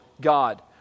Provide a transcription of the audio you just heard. God